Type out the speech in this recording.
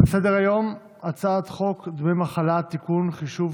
על סדר-היום, הצעת חוק דמי מחלה (תיקון, חישוב